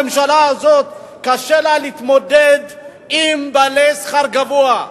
הממשלה הזאת קשה לה להתמודד עם בעלי שכר גבוה.